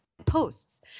posts